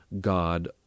God